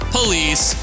Police